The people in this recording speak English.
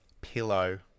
Pillow